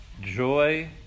joy